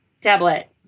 tablet